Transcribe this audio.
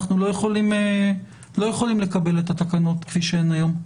אנחנו לא יכולים לקבל את התקנות כפי שהן היום.